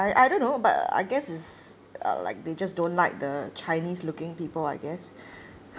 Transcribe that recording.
I I don't know but I guess it's uh like they just don't like the chinese looking people I guess